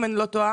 אם אני לא טועה,